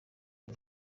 iyi